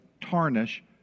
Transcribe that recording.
tarnish